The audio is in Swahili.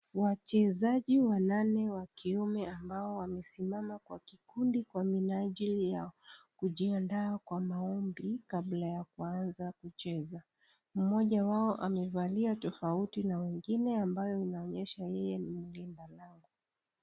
Wachezaji wanane wa kiume ambao wamesimama kwa kikundi kwa minajili ya kujiandaa kwa maombi, kabla ya kuanza kucheza. Mmoja wao amevalia tofauti na wengine, ambayo inaonyesha yeye ni mlinda lango.